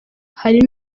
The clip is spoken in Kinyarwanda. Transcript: hari